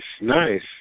nice